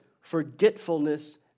forgetfulness